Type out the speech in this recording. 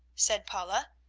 said paula.